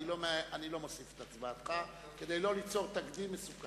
אני לא מוסיף את הצבעתך כדי לא ליצור תקדים מסוכן.